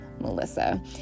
Melissa